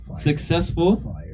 Successful